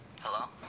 Hello